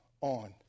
on